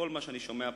בכל מה שאני שומע פה,